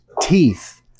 teeth